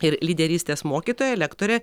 ir lyderystės mokytoja lektorė